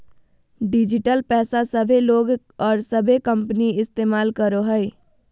digital पैसा सभे लोग और सभे कंपनी इस्तमाल करो हइ